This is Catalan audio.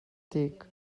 tic